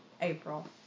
April